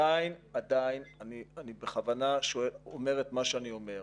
אני בכוונה אומר את מה שאני אומר.